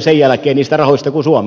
sen jälkeen niistä rahoista kuusi kertaa suurempi puhuja kuin suomi